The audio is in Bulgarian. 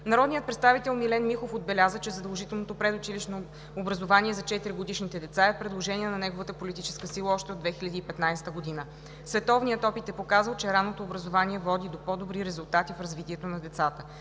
Народният представител Милен Михов отбеляза, че задължителното предучилищно обучение за 4-годишните деца е предложение на неговата политическа сила още от 2015 г. Световният опит е показал, че ранното образование води до по-добри резултати в развитието на децата.